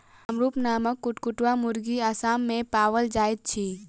कामरूप नामक कुक्कुट वा मुर्गी असाम मे पाओल जाइत अछि